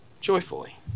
joyfully